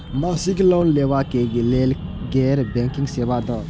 मासिक लोन लैवा कै लैल गैर बैंकिंग सेवा द?